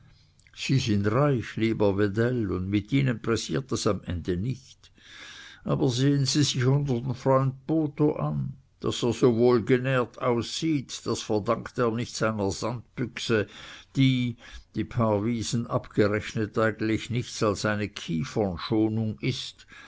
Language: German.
sie sind reich lieber wedell und mit ihnen pressiert es am ende nicht aber sehen sie sich unsern freund botho an daß er so wohlgenährt aussieht das verdankt er nicht seiner sandbüchse die die paar wiesen abgerechnet eigentlich nichts als eine kiefernschonung ist